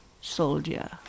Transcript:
soldier